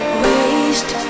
waste